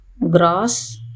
Grass